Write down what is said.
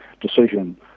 decision